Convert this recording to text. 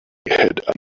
had